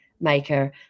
maker